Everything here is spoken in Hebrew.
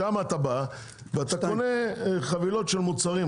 שם אתה בא וקונה חבילות של מוצרים,